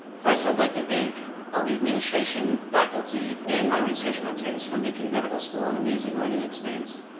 first, i'd like to thank all the administration, faculty, and my research mentors for making medical school an amazing learning experience.